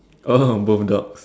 oh both dogs